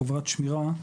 חברת שמירה,